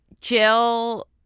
Jill